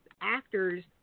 actors